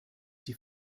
die